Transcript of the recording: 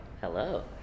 Hello